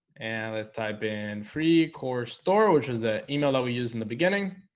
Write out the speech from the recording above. and let's type in free course tour which is the email that we use in the beginning